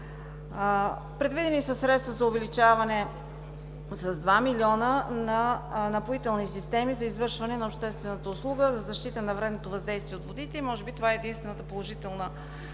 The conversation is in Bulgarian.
Предвидени са средства за увеличаване с два милиона на „Напоителни системи“ за извършване на обществената услуга за защита на вредното въздействие от водите и може би това е единствената положителна